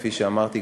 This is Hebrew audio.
כפי שאמרתי,